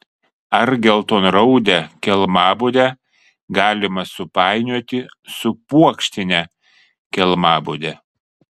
ar geltonraudę kelmabudę galima supainioti su puokštine kelmabude